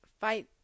fight